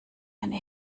eine